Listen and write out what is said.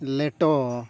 ᱞᱮᱴᱚ